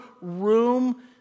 room